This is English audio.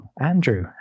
Andrew